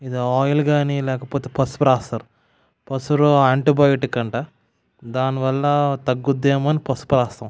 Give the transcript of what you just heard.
ఏదైనా ఆయిల్ కానీ లేకపోతే పసుపు రాస్తారు పసుపులో యాంటీబయోటిక్ అంట దానివల్ల తగ్గుతుందేమో అని పసుపు రాస్తాం